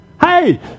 hey